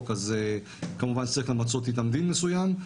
אז כמובן שצריך למצות איתם דין מסוים,